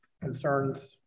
concerns